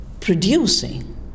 producing